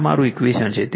આ મારું ઇક્વેશન છે